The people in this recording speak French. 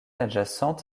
adjacente